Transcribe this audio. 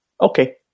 okay